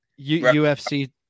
UFC